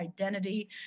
identity